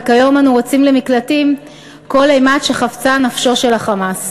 וכיום אנו רצים למקלטים כל אימת שחפצה נפשו של ה"חמאס".